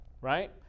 right